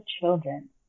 children